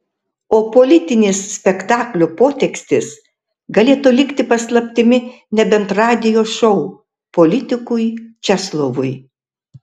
o politinės spektaklio potekstės galėtų likti paslaptimi nebent radijo šou politikui česlovui